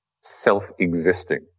self-existing